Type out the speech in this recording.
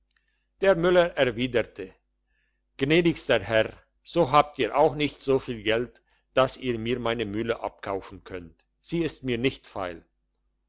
der müller erwiderte gnädigster herr so habt auch ihr nicht so viel geld dass ihr mir meine mühle abkaufen könnt sie ist mir nicht feil